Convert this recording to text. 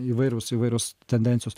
įvairūs įvairios tendencijos